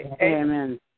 Amen